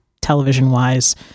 television-wise